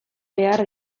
behar